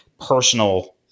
personal